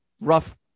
rough